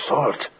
Salt